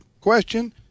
question